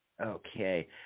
Okay